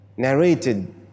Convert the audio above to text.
narrated